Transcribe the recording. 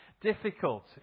difficult